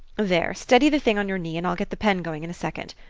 there steady the thing on your knee, and i'll get the pen going in a second.